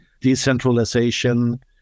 decentralization